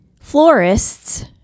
florists